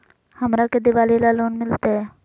हमरा के दिवाली ला लोन मिलते?